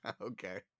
Okay